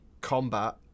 combat